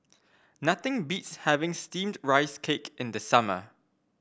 nothing beats having steamed Rice Cake in the summer